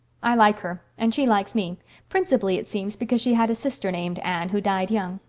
i like her and she likes me principally, it seems, because she had a sister named anne who died young.